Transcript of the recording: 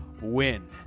win